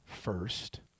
first